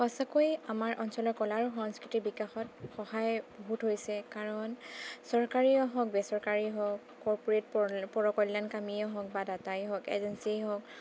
সঁচাকৈ আমাৰ অঞ্চলৰ কলা আৰু সংস্কৃতিৰ বিকাশত সহায় বহুত হৈছে কাৰণ চৰকাৰীয়ে হওক বেচৰকাৰীয়েই হওক কৰপ'ৰেট পৰ পৰকল্যাণকামীয়েই হওক বা দাতাই হওক এজেঞ্চীয়ে হওক